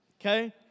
okay